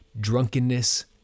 drunkenness